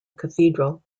cathedral